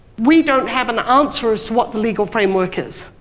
we don't have an answer as to what the legal framework is.